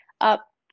up